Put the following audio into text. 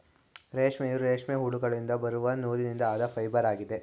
ರೇಷ್ಮೆಯು, ರೇಷ್ಮೆ ಹುಳುಗಳಿಂದ ಬರುವ ನೂಲಿನಿಂದ ಆದ ಫೈಬರ್ ಆಗಿದೆ